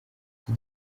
iki